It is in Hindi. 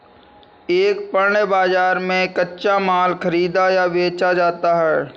एक पण्य बाजार में कच्चा माल खरीदा या बेचा जाता है